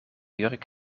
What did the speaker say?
jurk